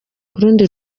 rundi